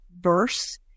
verse